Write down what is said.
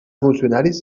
funcionaris